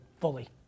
fully